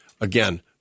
again